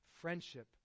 Friendship